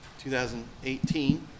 2018